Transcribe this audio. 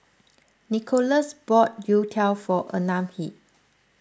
Nickolas bought Youtiao for Anahi